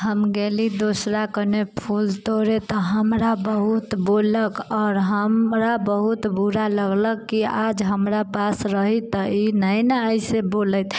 हम गेली दूसरा कने फूल तोड़े तऽ हमरा बहुत बजलक आओर हमरा बहुत बुरा लगलक कि आज हमरा पास रहैत तऽ ई नहि ने एना बाजैत